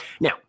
Now